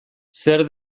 zer